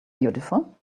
beautiful